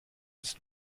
ist